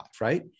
right